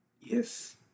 Yes